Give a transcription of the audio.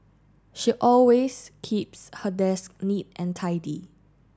she always keeps her desk neat and tidy